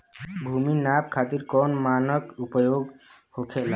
भूमि नाप खातिर कौन मानक उपयोग होखेला?